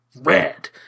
Red